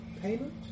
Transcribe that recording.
payment